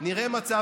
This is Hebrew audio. נראה מצב